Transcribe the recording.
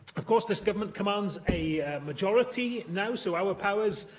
of course, this government commands a majority, now, so our powers,